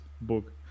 book